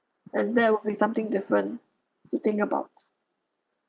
and that will be something different to think about